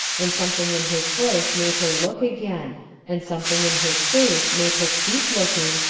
and something in his voice made her look again and something in his face made her keep looking,